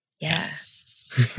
Yes